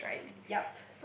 yup